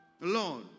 Lord